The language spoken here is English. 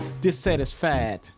dissatisfied